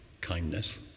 kindness